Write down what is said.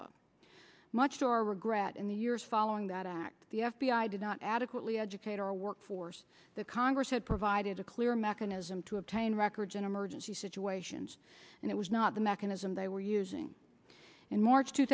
of much to our regret in the years following that act the f b i did not adequately educate our workforce that congress had provided a clear mechanism to obtain records in emergency situations and it was not the mechanism they were using in march two